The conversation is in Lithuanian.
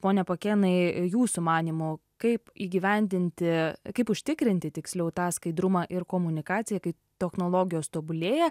pone pakėnai jūsų manymu kaip įgyvendinti kaip užtikrinti tiksliau tą skaidrumą ir komunikaciją kai technologijos tobulėja